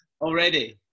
already